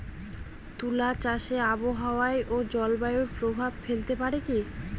তুলা চাষে আবহাওয়া ও জলবায়ু প্রভাব ফেলতে পারে কি?